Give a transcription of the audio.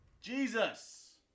Jesus